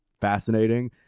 fascinating